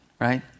right